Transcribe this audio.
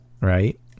right